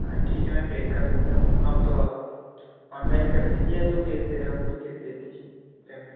हाँ ठीक है मैं पेक कर देता हूँ आप ऑनलाइन कर दीजिए या तो केस दे रहे होंगे तो केस दे दीजिए पेमेंट